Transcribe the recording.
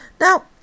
Now